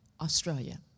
Australia